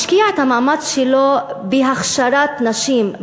השקיע את המאמץ שלו בהכשרת נשים,